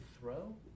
throw